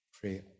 Pray